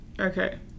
okay